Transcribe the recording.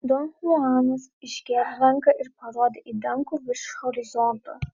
don chuanas iškėlė ranką ir parodė į dangų virš horizonto